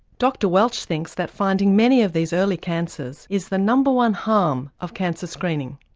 dr welch thinks that finding many of these early cancers is the number one harm of cancer screening.